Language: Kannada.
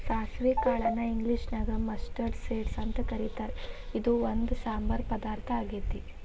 ಸಾಸವಿ ಕಾಳನ್ನ ಇಂಗ್ಲೇಷನ್ಯಾಗ ಮಸ್ಟರ್ಡ್ ಸೇಡ್ಸ್ ಅಂತ ಕರೇತಾರ, ಇದು ಒಂದ್ ಸಾಂಬಾರ್ ಪದಾರ್ಥ ಆಗೇತಿ